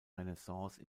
renaissance